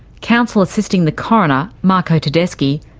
counsel assisting the coroner, marco tedeschi,